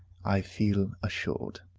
i feel assured.